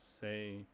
say